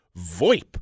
VoIP